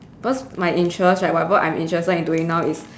cause my interest right whatever I'm interested in doing now is